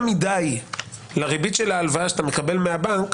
מדי לריבית של ההלוואה שאתה מקבל מהבנק,